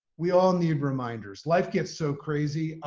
we all need reminders. life gets so crazy.